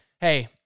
Hey